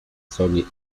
sony